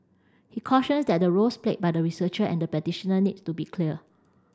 he cautions that the roles played by the researcher and the practitioner needs to be clear